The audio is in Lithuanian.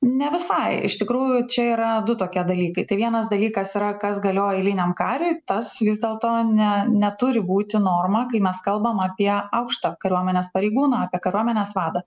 ne visai iš tikrųjų čia yra du tokie dalykai tai vienas dalykas yra kas galioja eiliniam kariui tas vis dėlto ne neturi būti norma kai mes kalbam apie aukštą kariuomenės pareigūną apie kariuomenės vadą